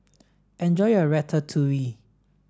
enjoy your Ratatouille